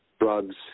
drugs